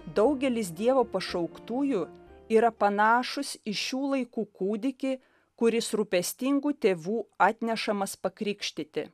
daugelis dievo pašauktųjų yra panašūs į šių laikų kūdikį kuris rūpestingų tėvų atnešamas pakrikštyti